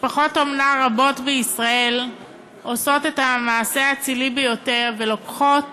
משפחות אומנה בישראל עושות את המעשה האצילי ביותר ולוקחות